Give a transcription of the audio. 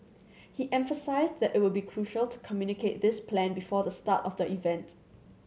he emphasised that it would be crucial to communicate this plan before the start of the event